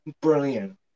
Brilliant